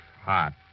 hot